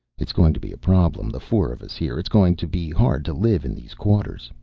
it's going to be a problem, the four of us here. it's going to be hard to live in these quarters.